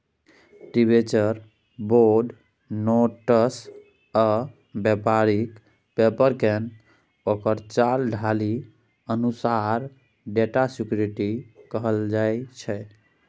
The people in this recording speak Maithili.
डिबेंचर, बॉड, नोट्स आ बेपारिक पेपरकेँ ओकर चाल ढालि अनुसार डेट सिक्युरिटी कहल जाइ छै